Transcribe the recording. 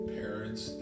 parents